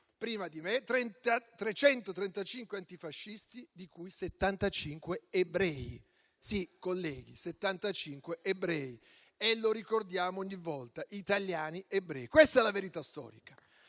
prima di me - 335 antifascisti, di cui 75 ebrei. Sì, colleghi, 75 ebrei, lo ricordiamo ogni volta: italiani ebrei. Questa è la verità storica.